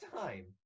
time